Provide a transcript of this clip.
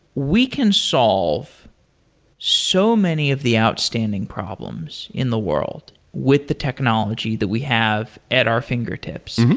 we can solve so many of the outstanding problems in the world with the technology that we have at our fingertips.